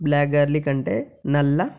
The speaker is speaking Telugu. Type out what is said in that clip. బ్లాక్ గార్లిక్ అంటే నల్ల